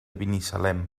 binissalem